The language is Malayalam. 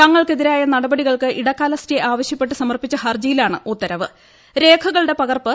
തങ്ങൾക്കെതിരായ നടപടികൾക്ക് ഇടക്കാല സ്റ്റേ ആവശ്യപ്പെട്ട് സമർപ്പിച്ച ഹർജിയിലാണ് ഉത്തരവ്